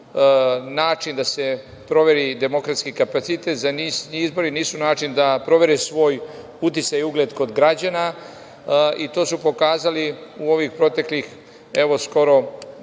način da se proveri demokratski kapacitet, za njih izbori nisu način da provere svoj uticaj, ugled kod građana i to su pokazali u ovih proteklih skoro